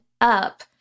up